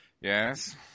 yes